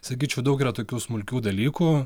sakyčiau daug yra tokių smulkių dalykų